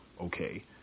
okay